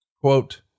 quote